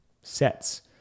sets